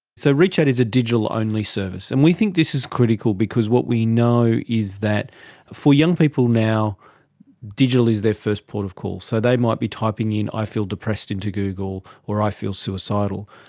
so reachout is a digital-only service, and we think this is critical because what we know is that for young people now digital is their first port of call. so they might be typing in i feel depressed into google, or i feel suicidal.